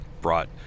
brought